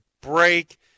break